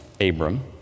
Abram